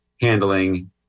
handling